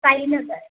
पायरी नंतर